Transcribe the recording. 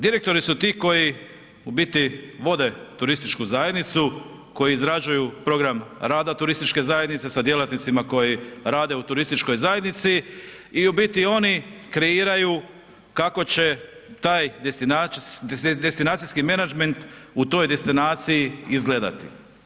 Direktori su ti koji u biti vode turističku zajednicu, koji izrađuju program rada turističke zajednice sa djelatnicima koji rade u turističkoj zajednici i u biti oni kreiraju kako će taj destinacijski menadžment u toj destinaciji izgledati.